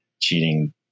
Cheating